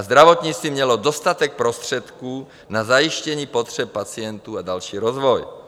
Zdravotnictví mělo dostatek prostředků na zajištění potřeb pacientů a další rozvoj.